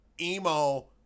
emo